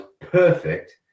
perfect